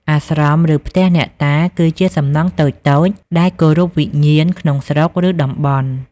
អាស្រម ឬ ផ្ទះអ្នកតា គឺជាសំណង់តូចៗដែលគោរពវិញ្ញាណក្នុងស្រុក ឬ តំបន់។